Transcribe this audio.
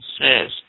says